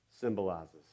symbolizes